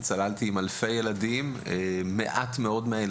צללתי עם אלפי ילדים ומעט מאוד מהם